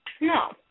No